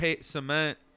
Cement